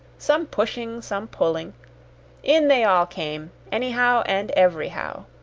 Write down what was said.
some pushing, some pulling in they all came, anyhow and everyhow.